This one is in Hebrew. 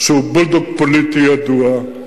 שהוא בולדוג פוליטי ידוע,